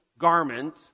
garment